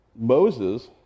Moses